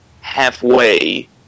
halfway